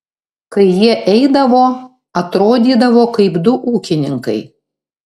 kai jie eidavo atrodydavo kaip du ūkininkai